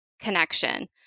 connection